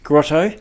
Grotto